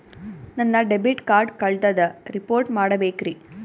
ನನ್ನ debit card ಕಳ್ದದ report ಮಾಡಬೇಕ್ರಿ